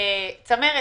נניח